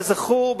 כזכור,